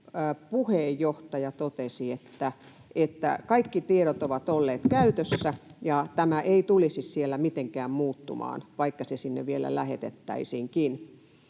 puheenjohtaja totesi, että kaikki tiedot ovat olleet käytössä ja tämä ei tulisi siellä mitenkään muuttumaan, vaikka se sinne vielä lähetettäisiinkin.